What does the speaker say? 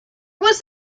was